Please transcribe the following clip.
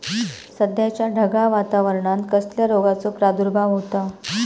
सध्याच्या ढगाळ वातावरणान कसल्या रोगाचो प्रादुर्भाव होता?